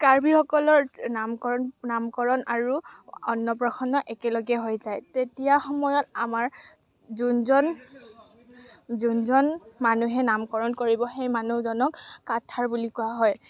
কাৰ্বিসকলৰ নামকৰণ নামকৰণ আৰু অন্নপ্ৰশন্ন একেলগে হৈ যায় তেতিয়া সময়ত আমাৰ যোনজন যোনজন মানুহে নামকৰণ কৰিব সেই মানুহজনক কাথাৰ বুলি কোৱা হয়